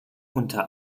unter